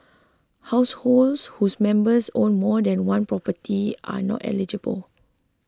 households whose members own more than one property are not eligible